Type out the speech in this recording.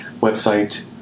website